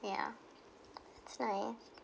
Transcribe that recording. yeah that's nice